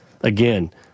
Again